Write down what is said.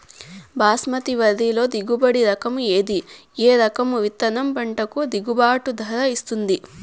బాస్మతి వరిలో దిగుబడి రకము ఏది ఏ రకము విత్తనం పంటకు గిట్టుబాటు ధర ఇస్తుంది